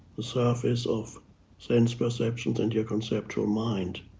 the surface of sense perceptions and your conceptual mind.